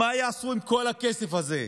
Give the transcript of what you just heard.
מה יעשו עם כל הכסף הזה?